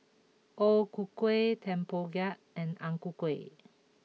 O Ku Kueh Tempoyak and Ang Ku Kueh